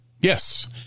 Yes